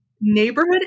neighborhood